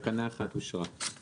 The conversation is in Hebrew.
הצבעה תקנה 1 אושרה תקנה 1 אושרה.